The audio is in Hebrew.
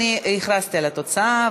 אני הכרזתי על התוצאה,